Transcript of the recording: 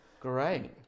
great